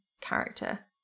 character